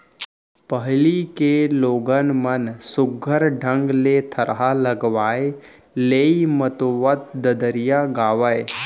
पहिली के लोगन मन सुग्घर ढंग ले थरहा लगावय, लेइ मतोवत ददरिया गावयँ